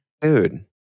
dude